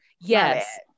Yes